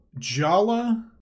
Jala